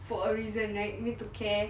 for a reason right need to care